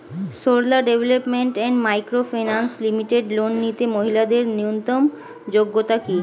Sarala development and micro finance limited loan নিতে মহিলাদের ন্যূনতম যোগ্যতা কী?